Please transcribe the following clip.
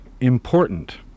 Important